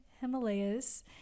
Himalayas